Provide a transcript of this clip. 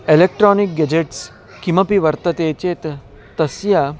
electronic gadgets किमपि वर्तते चेत् तस्य